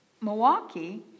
Milwaukee